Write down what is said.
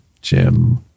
Jim